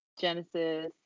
Genesis